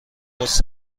پست